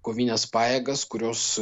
kovines pajėgas kurios